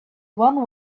one